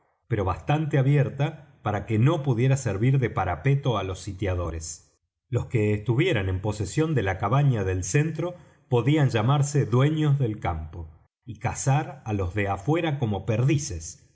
pero bastante abierta para que no pudiera servir de parapeto á los sitiadores los que estuvieran en posesión de la cabaña del centro podían llamarse dueños del campo y cazar á los de afuera como perdices